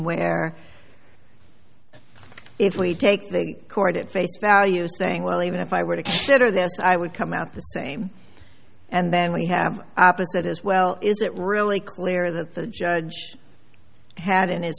where if we take the court at face value saying well even if i were to consider this i would come out the same and then we have opposite as well is it really clear that the judge had in his